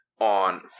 on